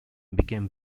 became